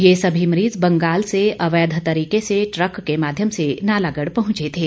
ये सभी मरीज बंगाल से अवैध तरीके से ट्रक के माध्यम से नालागढ़ पहुंचे थे